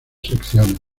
secciones